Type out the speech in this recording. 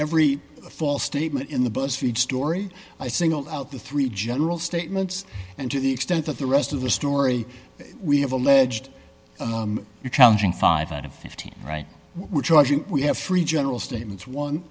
every false statement in the buzz feed story i singled out the three general statements and to the extent that the rest of the story we have alleged you're challenging five out of fifteen right were charging we have three general statements one